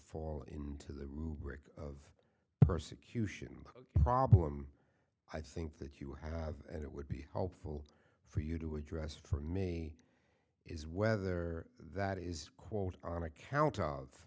fall into the rubric of persecution problem i think that you have and it would be helpful for you to address for me is whether that is quote on account of